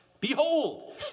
Behold